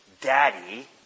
daddy